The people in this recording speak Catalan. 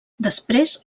després